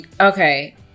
Okay